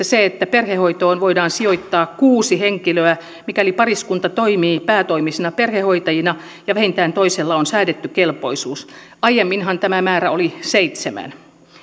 se että perhehoitoon voidaan sijoittaa kuusi henkilöä mikäli pariskunta toimii päätoimisina perhehoitajina ja vähintään toisella on säädetty kelpoisuus aiemminhan tämä määrä oli seitsemän